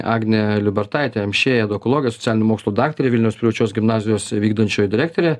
agnė liubertaitė amšiejė edukologė socialinių mokslų daktarė vilniaus privačios gimnazijos vykdančioji direktorė